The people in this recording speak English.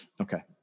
Okay